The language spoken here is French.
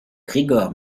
grigor